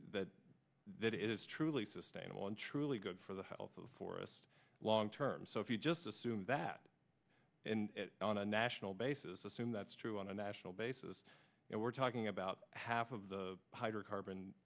that that is truly sustainable and truly good for the health of the forest long term so if you just assume that and on a national basis assume that's true on a national basis and we're talking about half of the hydrocarbon